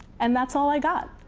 and that's all i got.